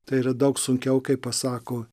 tai yra daug sunkiau kai pasako